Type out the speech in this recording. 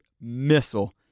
missile